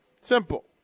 Simple